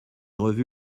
revu